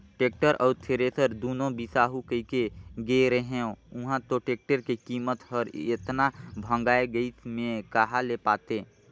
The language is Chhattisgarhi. टेक्टर अउ थेरेसर दुनो बिसाहू कहिके गे रेहेंव उंहा तो टेक्टर के कीमत हर एतना भंगाए गइस में कहा ले पातें